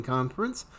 Conference